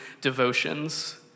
devotions